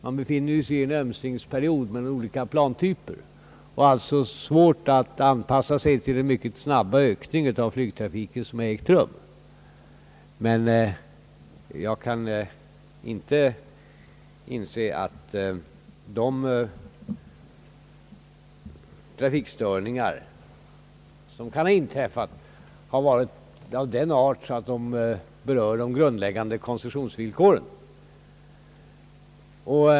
Man befinner sig i en ömsningsperiod mellan olika plantyper, och det är svårt att anpassa sig till den mycket snabba ökningen av flygtrafiken som har ägt rum. Men jag kan inte inse att de trafikstörningar som kan ha inträffat varit av den art att de berör de grundläggande koncessionsvillkoren.